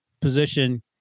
position